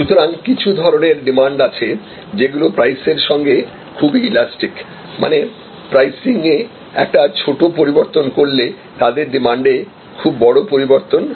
সুতরাং কিছু ধরনের ডিমান্ড আছে যেগুলো প্রাইসের সঙ্গে খুবই ইলাস্টিক মানে প্রাইসিং এ একটা ছোট পরিবর্তন করলে তাদের ডিমান্ডে খুব বড় পরিবর্তন হয়